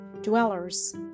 dwellers